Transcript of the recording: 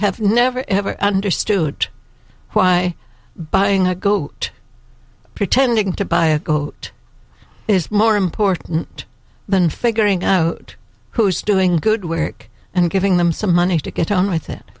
have never ever understood why buying a goat pretending to buy a goat is more important than figuring out who is doing good work and giving them some money to get on with it